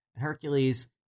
Hercules